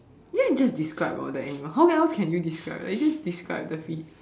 then you just describe orh the animal how else can you describe they just describe the fea~